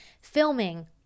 filming